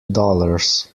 dollars